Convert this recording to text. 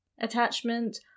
attachment